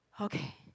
Okay